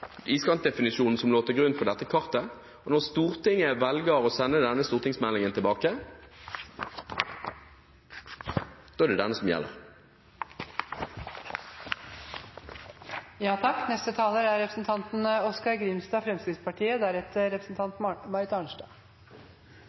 iskantdefinisjonen som lå til grunn for dette kartet, og når Stortinget velger å sende denne stortingsmeldingen tilbake, da er det denne som gjelder.